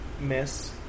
miss